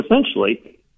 essentially